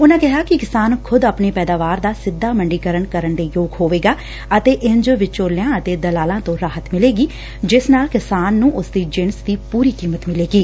ਉਨ੍ਨਾਂ ਕਿਹਾ ਕਿ ਕਿਸਾਨ ਖੁਦ ਆਪਣੀ ਪੈਦਾਵਾਰ ਦਾ ਸਿੱਧਾ ਮੰਡੀਕਰਨ ਕਰਨ ਦੇ ਯੋਗ ਹੋਵੇਗਾ ਅਤੇ ਇੰਜ ਵਿਚੋਲਿਆਂ ਅਤੇ ਦਲਾਲਾਂ ਤੋ ਰਾਹਤ ਮਿਲੇਗੀ ਜਿਸ ਨਾਲ ਕਿਸਾਨ ਨੂੰ ਉਸ ਦੀ ਜਿਣਸ ਦੀ ਪੁਰੀ ਕੀਮਤ ਮਿਲੇਗੀ